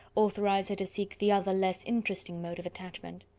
authorise her to seek the other less interesting mode of attachment.